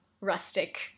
rustic